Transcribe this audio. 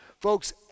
Folks